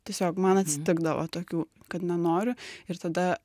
tiesiog man atsitikdavo tokių kad nenoriu ir tada